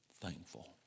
thankful